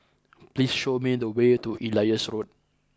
please show me the way to Elias Road